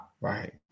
Right